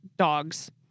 dogs